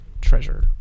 Treasure